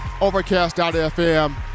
Overcast.fm